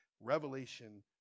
Revelation